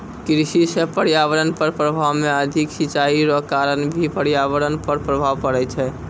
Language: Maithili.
कृषि से पर्यावरण पर प्रभाव मे अधिक सिचाई रो कारण भी पर्यावरण पर प्रभाव पड़ै छै